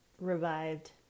revived